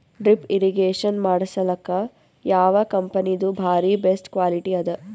Drip irrigation ಮಾಡಸಲಕ್ಕ ಯಾವ ಕಂಪನಿದು ಬಾರಿ ಬೆಸ್ಟ್ ಕ್ವಾಲಿಟಿ ಅದ?